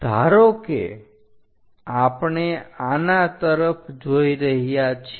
ધારો કે આપણે આના તરફ જોઈ રહ્યા છીએ